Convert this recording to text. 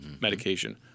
medication